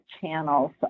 channels